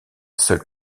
seule